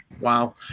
Wow